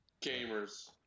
Gamers